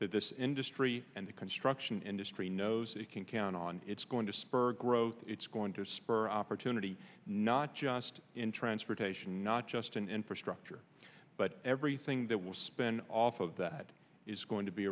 that this industry and the construction industry knows it can count on it's going to spur growth it's going to spur opportunity not just in transportation not just in infrastructure but everything that will spin off of that is going to be